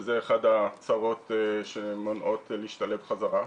שזו אחת הצרות שמונעות להשתלב חזרה.